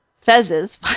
fezzes